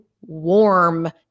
warm